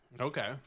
Okay